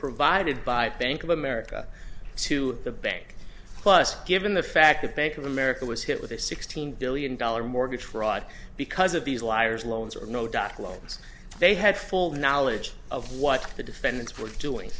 provided by bank of america to the bank plus given the fact that bank of america was hit with a sixteen billion dollar mortgage fraud because of these liar's loans are no doc loans they had full knowledge of what the defendants were doing